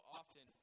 often